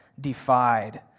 defied